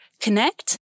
connect